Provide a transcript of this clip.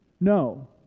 No